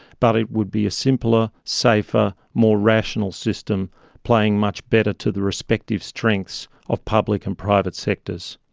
but it would be a simpler, safer, more rational system playing much better to the respective strengths of public and private sectors.